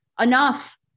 Enough